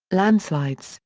landslides,